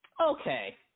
okay